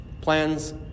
Plans